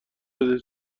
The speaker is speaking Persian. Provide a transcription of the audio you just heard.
بده